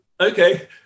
Okay